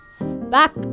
back